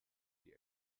die